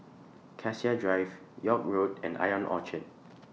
Cassia Drive York Road and Ion Orchard